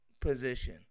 position